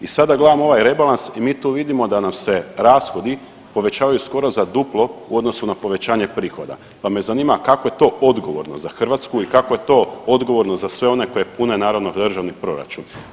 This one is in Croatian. I sada gledam ovaj rebalans i mi tu vidimo da nam se rashodi povećavaju skoro za duplo u odnosu na povećanje prihoda, pa me zanima kako je to odgovorno za Hrvatsku i kako je to odgovorno za sve one koje pune naravno državni proračun.